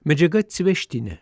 medžiaga atsivežtinė